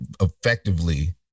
effectively